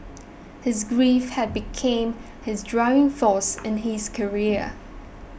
his grief had became his driving force in his career